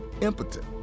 impotent